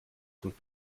von